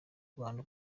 rwanda